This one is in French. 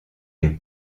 les